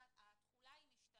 קבענו שהתחילה שלהם היא ב-2020,